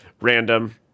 random